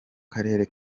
karere